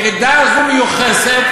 ירידה זו מיוחסת,